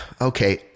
okay